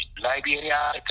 Liberia